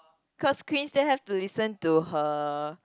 because Queen that have to listen to her